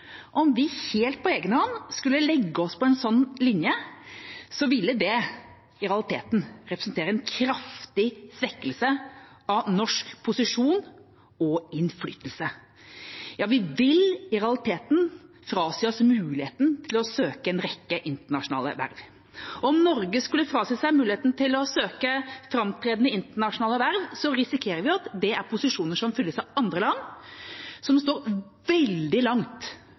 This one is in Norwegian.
Om vi helt på egenhånd skulle legge oss på en sånn linje, ville det i realiteten representere en kraftig svekkelse av norsk posisjon og innflytelse. Ja, vi vil i realiteten frasi oss muligheten til å søke en rekke internasjonale verv. Om Norge skulle frasi seg muligheten til å søke framtredende internasjonale verv, risikerer vi at det er posisjoner som fylles av andre land som står veldig langt